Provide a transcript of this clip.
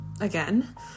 again